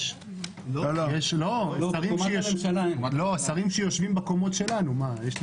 לשרים שיושבים בקומות שלנו יש.